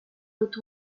with